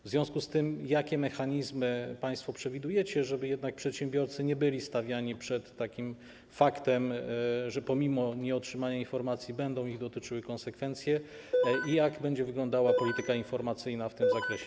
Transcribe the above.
W związku z tym, jakie mechanizmy państwo przewidujecie, żeby jednak przedsiębiorcy nie byli stawiani przed faktem, że pomimo nieotrzymania informacji będą ich dotyczyły konsekwencje, i jak będzie wyglądała polityka informacyjna w tym zakresie?